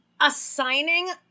assigning